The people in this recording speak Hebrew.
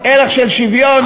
חברות וחברי הכנסת.